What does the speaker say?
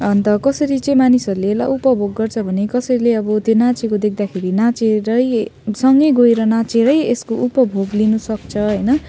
अन्त कसरी चाहिँ मानिसहरूले यसलाई उपभोग गर्छ भने कसैले अब त्यो नाचेको देख्दाखेरि नाचेरै सँगै गएर नाचेरै यसको उपभोग लिनसक्छ होइन